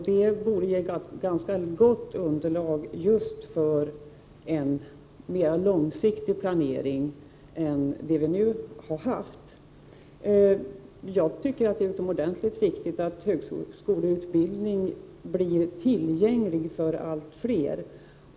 Det vore ett ganska gott underlag för just en mer långsiktig planering än den vi nu har haft. Jag tycker att det är utomordentligt viktigt att högskoleutbildning blir tillgänglig för allt fler.